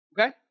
Okay